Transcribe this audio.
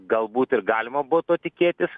galbūt ir galima bu to tikėtis